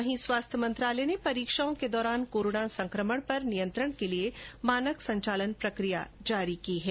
वहीं स्वास्थ्य मंत्रालय ने परीक्षाओं के दौरान कोरोना संक्रमण पर नियंत्रण के लिए मानक संचालन प्रक्रिया जारी कर दी है